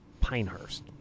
Pinehurst